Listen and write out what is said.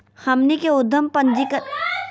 हमनी के उद्यम पंजीकरण के विधि बताही हो?